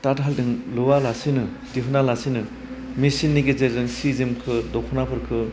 दाथालजों लुवालासिनो दिहुना लासिनो मेसिननि गेजेरजों सि जोमखौ दख'नाफोरखौ